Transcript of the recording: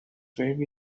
very